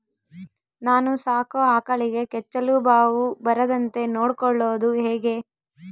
ನಾನು ಸಾಕೋ ಆಕಳಿಗೆ ಕೆಚ್ಚಲುಬಾವು ಬರದಂತೆ ನೊಡ್ಕೊಳೋದು ಹೇಗೆ?